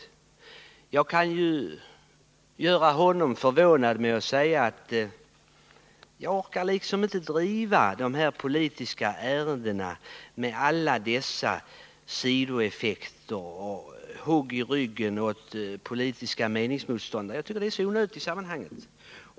Själv kan jag göra honom förvånad genom att säga att jag inte orkar driva de politiska ärendena på det här sättet, med alla dessa sidoinpass och hugg i ryggen på politiska meningsmotståndare. Jag tycker det är så onödigt i sammanhanget.